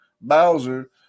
Bowser